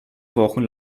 wochen